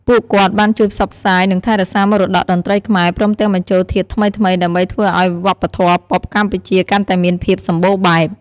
ពួកគាត់បានជួយផ្សព្វផ្សាយ និងថែរក្សាមរតកតន្ត្រីខ្មែរ ព្រមទាំងបញ្ចូលធាតុថ្មីៗដើម្បីធ្វើឱ្យវប្បធម៌ប៉ុបកម្ពុជាកាន់តែមានភាពសម្បូរបែប។